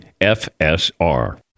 FSR